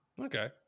okay